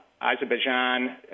Azerbaijan